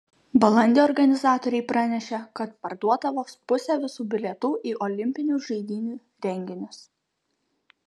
balandį organizatoriai pranešė kad parduota vos pusė visų bilietų į olimpinių žaidynių renginius